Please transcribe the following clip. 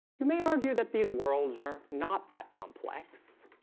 you may argue that these worlds are not that complex,